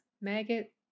Maggot